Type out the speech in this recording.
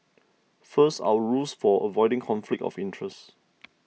first our rules for avoiding conflict of interest